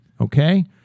Okay